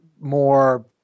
more